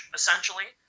essentially